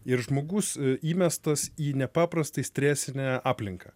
ir žmogus įmestas į nepaprastai stresinę aplinką